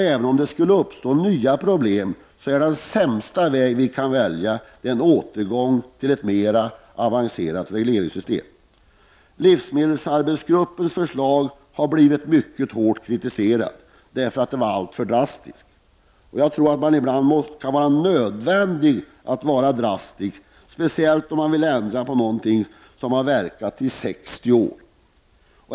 Även om det skulle uppstå nya problem, är den sämsta väg vi kan välja en återgång till ett mera avancerat regleringssystem. Livsmedelsarbetsgruppens förslag har blivit mycket hårt kritiserat därför att det var alltför drastiskt. Jag tror att det ibland kan vara nödvändigt att vara drastisk, speciellt om man vill ändra på ett system som har verkat i snart 60 år.